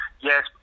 yes